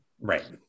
Right